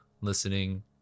listening